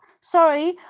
Sorry